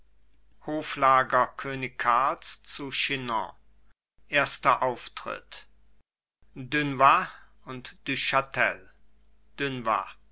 hoflager könig karls zu chinon erster auftritt dunois und du chatel dunois